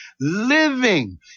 living